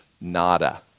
nada